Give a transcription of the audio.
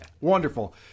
Wonderful